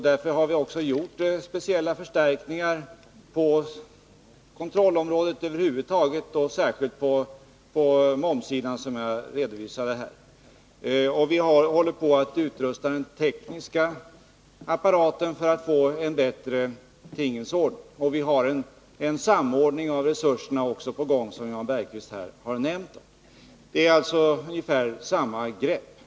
Därför har vi vidtagit speciella förstärkningar på kontrollområdet över huvud taget och särskilt på momssidan, som jag har redovisat. Vi håller på att utrusta den tekniska apparaten för att få en bättre tingens ordning. Vi har också en samordning av resurserna på gång, som Jan Bergqvist nämnt. Det är alltså fråga om ungefär samma grepp.